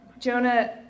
Jonah